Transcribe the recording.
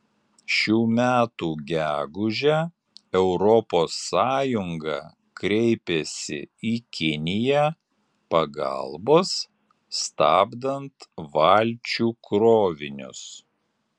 šių metų gegužę europos sąjunga kreipėsi į kiniją pagalbos stabdant valčių krovinius